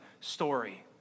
story